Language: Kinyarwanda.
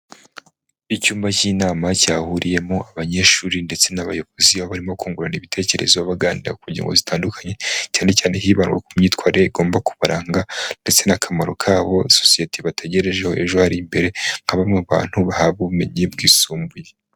Icyumba cy'inama cyahuriyemo abanyeshuri ndetse n'abayobozi, barimo kungurana ibitekerezo baganira ku ngingo zitandukanye, cyane cyane hibandwa ku myitwarire igomba kubaranga, ndetse n'akamaro kabo sosiyete bategerejeho ejo hari imbere, nka bamwe mu bantu bahabwa ubumenyi bwisumbuye.